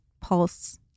pulse